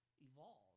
evolve